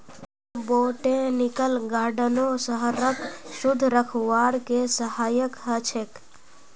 botanical गार्डनो शहरक शुद्ध रखवार के सहायक ह छेक